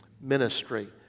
ministry